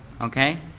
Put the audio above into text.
Okay